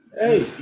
Hey